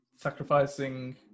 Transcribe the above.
sacrificing